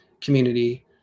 community